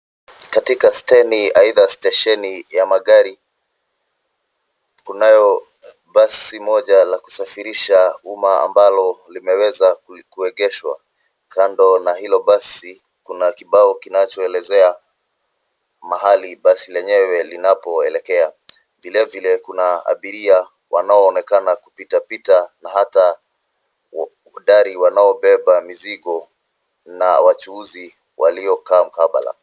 katika steni aidha stesheni ya magari, kunayo basi moja la kusafirisha umma ambayo limeweza kuegeshwa. Kando na hilo basi kuna kibao kinachoelezea mahali basi lenyewe linakoelekea. Vilevile, kuna abiria wanaoonekana kupitapita na hata dari wanaobeba mizigo na wachuuzi waliokaa mkabala.